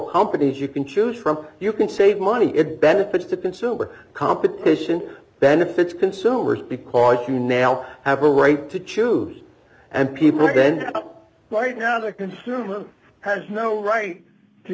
companies you can choose from you can save money it benefits to consumer competition benefits consumers because you now have a right to choose and people then right now the consumer has no right to